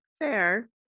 Fair